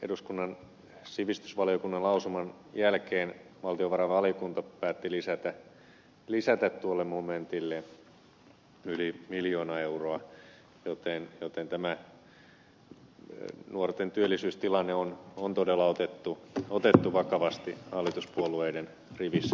eduskunnan sivistysvaliokunnan lausuman jälkeen valtiovarainvaliokunta päätti vielä lisätä tuolle momentille yli miljoona euroa joten tämä nuorten työllisyystilanne on todella otettu vakavasti hallituspuolueiden rivissä